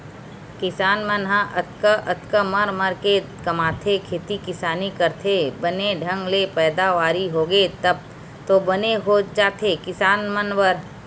किसान मन ह अतका अतका मर मर के कमाथे खेती किसानी करथे बने ढंग ले पैदावारी होगे तब तो बने हो जाथे किसान मन बर